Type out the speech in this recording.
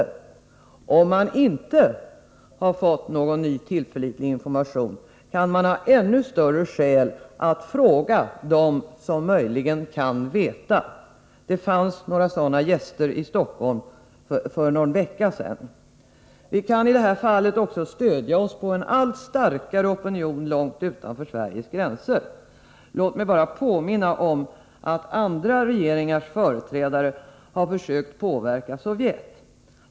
Om ”någon ny, tillförlitlig information” inte föreligger, finns det säkert ännu starkare skäl att fråga dem som möjligen känner till hur det förhåller sig. Vi hade några sådana gäster i Stockholm för en vecka sedan. Vi kan i det här fallet också stödja oss på en allt starkare opinion långt utanför Sveriges gränser. Jag vill påminna om att företrädare för andra länders regeringar också försökt att påverka Sovjet.